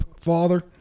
father